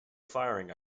firing